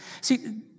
See